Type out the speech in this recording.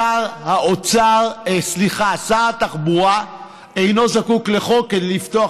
שר התחבורה אינו זקוק לחוק כדי לפתוח